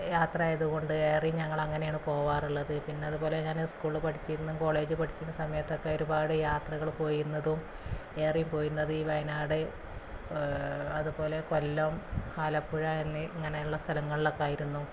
യാത്രയായതുകൊണ്ട് ഏറെയും ഞങ്ങളങ്ങനെയാണ് പോകാറുള്ളത് പിന്നതുപോലെ ഞാന് സ്കൂളില് പഠിച്ചിരുന്ന കോളേജില് പഠിച്ചിരുന്ന സമയത്തൊക്കെ ഒരുപാട് യാത്രകള് പോയിരുന്നതും ഏറെ പോയിരുന്നത് ഈ വയനാട് അതുപോലെ കൊല്ലം ആലപ്പുഴ എന്നിങ്ങനെയുള്ള സ്ഥലങ്ങളിലൊക്കെയായിരുന്നു